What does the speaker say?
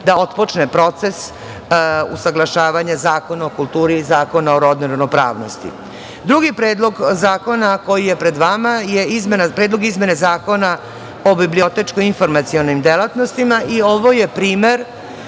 da otpočne proces usaglašavanja Zakona o kulturi i Zakona o rodnoj ravnopravnosti. Drugi predlog zakona koji je pred vama je Predlog izmene Zakona o bibliotečko-informacionim delatnostima i ovo je primer